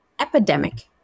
epidemic